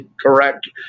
correct